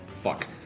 Fuck